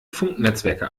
funknetzwerke